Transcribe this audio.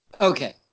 Okay